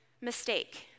mistake